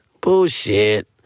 Bullshit